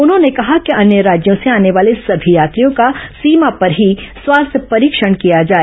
उन्होंने कहा कि अन्य राज्यों से आने वाले सभी यात्रियों का सीमा पर ही स्वास्थ्य परीक्षण किया जाए